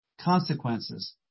consequences